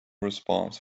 response